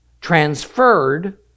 transferred